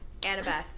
Annabeth